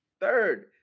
Third